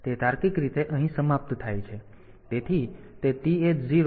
તેથી તે તાર્કિક રીતે અહીં સમાપ્ત થાય છે